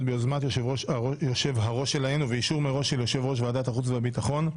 ביוזמת יושב- הראש שלהן ובאישור מראש של יושב ראש ועדת החוץ והביטחון,